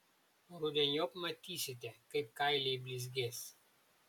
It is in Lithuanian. rudeniop matysite kaip kailiai blizgės